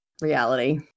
reality